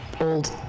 old